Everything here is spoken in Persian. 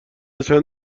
چند